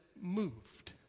moved